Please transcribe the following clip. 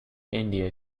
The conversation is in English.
india